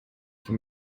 for